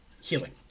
healing